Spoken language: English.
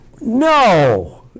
No